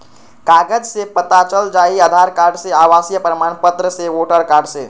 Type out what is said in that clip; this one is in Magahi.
कागज से पता चल जाहई, आधार कार्ड से, आवासीय प्रमाण पत्र से, वोटर कार्ड से?